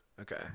Okay